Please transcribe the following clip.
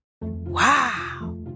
Wow